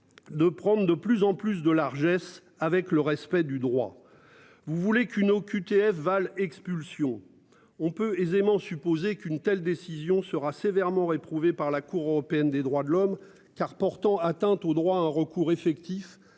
De prendre de plus en plus de largesses avec le respect du droit. Vous voulez qu'une OQTF Val expulsion. On peut aisément supposer qu'une telle décision sera sévèrement réprouvé par la Cour européenne des droits de l'homme car portant atteinte au droit à un recours effectif